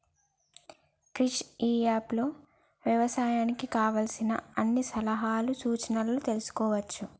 క్రిష్ ఇ app లో వ్యవసాయానికి కావలసిన అన్ని సలహాలు సూచనలు తెల్సుకోవచ్చు